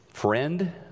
friend